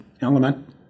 element